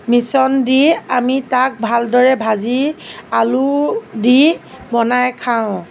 মিশ্ৰণ দি আমি তাক ভালদৰে ভাজি আলু দি বনাই খাওঁ